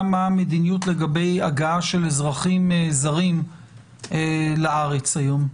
מה המדיניות לגבי הגעה של אזרחים זרים לארץ היום.